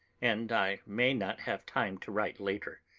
and i may not have time to write later.